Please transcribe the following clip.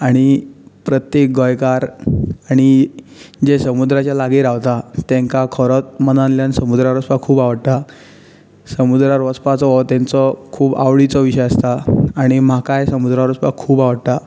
आनी प्रत्येक गोंयकार आनी म्हणजे समुद्राचे लागीं रावता तांकां खरेंच मनांतल्यान समुद्रार वचपाक खूब आवडटा समुद्रार वचपाचो हो तांचो खूब आवडिचो विशय आसता आनी म्हाकाय समुद्रार वचपाक खूब आवडटा